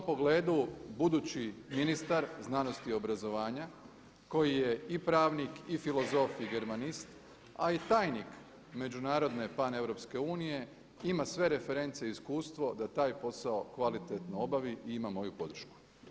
U tom pogledu budući ministar znanosti i obrazovanja koji je i pravnik i filozof i germanist, a i tajnik Međunarodne paneuropske unije ima sve reference i iskustvo da taj posao kvalitetno obavi i ima moju podršku.